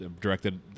directed